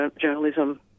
journalism